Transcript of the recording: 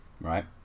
Right